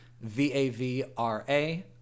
V-A-V-R-A